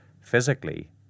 physically